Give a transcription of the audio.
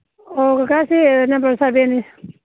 ꯑꯧ ꯀꯀꯥꯁꯤ ꯅꯝꯕꯔ ꯁꯕꯦꯟꯅꯤ